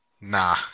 Nah